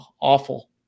awful